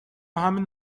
همین